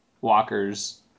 walkers